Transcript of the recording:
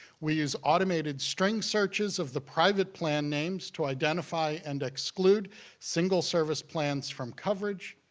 we use automated string searches of the private plan names to identify and exclude single service plans from coverage.